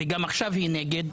וגם עכשיו היא נגד.